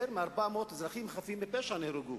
יותר מ-400 אזרחים חפים מפשע נהרגו.